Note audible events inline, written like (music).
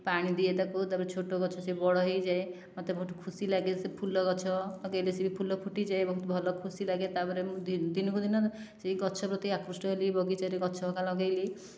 ପାଣି ଦିଏ ତାକୁ ତା'ପରେ ଛୋଟଗଛ ସିଏ ବଡ଼ ହୋଇଯାଏ ମୋତେ ବହୁତ ଖୁସି ଲାଗେ ସେ ଫୁଲଗଛ (unintelligible) ଫୁଲ ଫୁଟିଯାଏ ବହୁତ ଖୁସି ଲାଗେ ତା'ପରେ ମୁଁ ଦିନକୁ ଦିନ ସେହି ଗଛ ପ୍ରତି ଆକୃଷ୍ଟ ହେଲି ବଗିଚାରେ ଗଛ ହେରିକା ଲଗାଇଲି